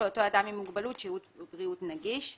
לאותו אדם עם מוגבלות שירות בריאות נגיש.